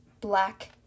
black